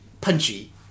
punchy